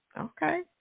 okay